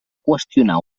qüestionar